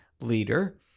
leader